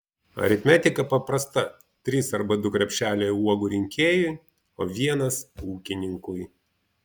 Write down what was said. aritmetika paprasta trys arba du krepšeliai uogų rinkėjui o vienas ūkininkui